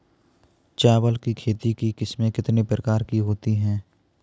चावल की खेती की किस्में कितने प्रकार की होती हैं?